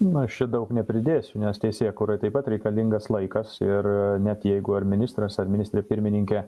nu aš čia daug nepridėsiu nes teisėkūrai taip pat reikalingas laikas ir net jeigu ar ministras ar ministrė pirmininkė